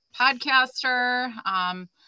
podcaster